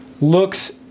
looks